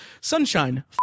Sunshine